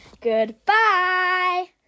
Goodbye